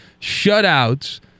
shutouts